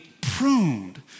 pruned